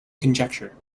conjecture